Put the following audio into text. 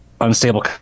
unstable